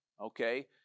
Okay